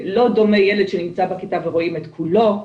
לא דומה ילד שנמצא בכיתה ורואים את כולו,